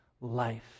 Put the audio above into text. life